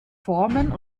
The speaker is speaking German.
form